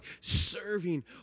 serving